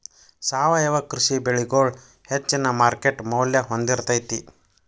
ಸಾವಯವ ಕೃಷಿ ಬೆಳಿಗೊಳ ಹೆಚ್ಚಿನ ಮಾರ್ಕೇಟ್ ಮೌಲ್ಯ ಹೊಂದಿರತೈತಿ